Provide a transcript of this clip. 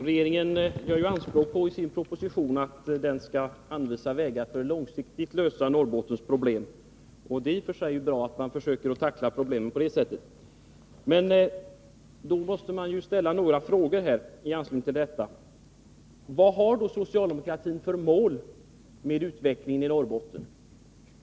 Herr talman! Regeringen gör i sin proposition anspråk på att anvisa vägar för att långsiktigt lösa Norrbottens problem. Det är i och för sig bra att man försöker tackla problemen på det sättet, men då måste jag ställa några frågor i anslutning till detta. Vad har socialdemokratin för mål med utvecklingen i Norrbotten?